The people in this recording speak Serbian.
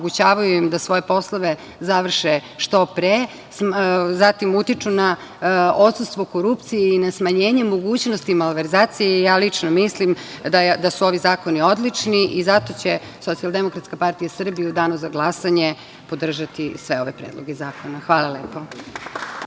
da svoje poslove završe što pre, zatim, utiču na odsustvo korupcije i na smanjenje mogućnosti malverzacije, ja lično mislim da su ovi zakoni odlični. Zato će SDPS u danu za glasanje podržati sve ove predloge zakona. Hvala lepo.